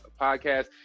podcast